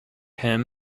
him